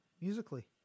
musically